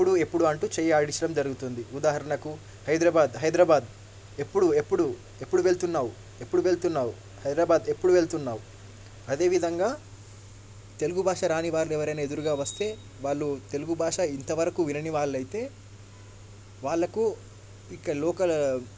ఎప్పుడు ఎప్పుడు అంటూ చేయి ఆడించడం జరుగుతుంది ఉదాహరణకు హైదరాబాద్ హైదరాబాద్ ఎప్పుడు ఎప్పుడు ఎప్పుడు వెళ్తున్నావు ఎప్పుడు వెళ్తున్నావు హైదరాబాద్ ఎప్పుడు వెళ్తున్నావు అదే విధంగా తెలుగు భాష రాని వారు ఎవరైనా ఎదురుగా వస్తే వాళ్ళు తెలుగు భాష ఇంతవరకు వినని వాళ్ళు అయితే వాళ్లకు ఇక లోకల్